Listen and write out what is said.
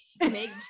make